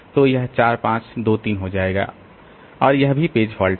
तो यह 4 5 2 3 हो जाएगा और यह भी पेज फॉल्ट है